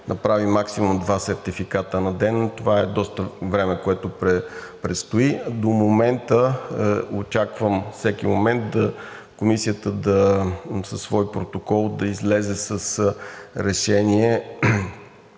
направи максимум два сертификата на ден, това е доста време, което предстои, до момента – очаквам всеки момент, Комисията със свой протокол да излезе с решение,